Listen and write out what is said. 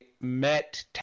met